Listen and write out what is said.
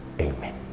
Amen